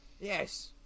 Yes